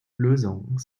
lösung